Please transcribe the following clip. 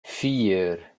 vier